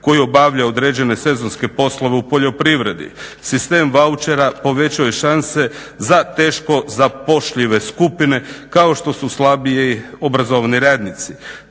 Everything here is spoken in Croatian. koji obavlja određene sezonske poslove u poljoprivredi. Sistem vauchera povećao je šanse za teško zapošljive skupine kao što su slabije obrazovani radnici.